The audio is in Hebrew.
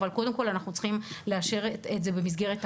אבל קודם כל אנחנו צריכים לאשר את זה במסגרת החקיקה.